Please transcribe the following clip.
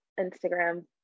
Instagram